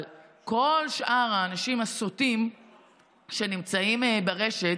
אבל כל שאר האנשים הסוטים שנמצאים ברשת,